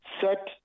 set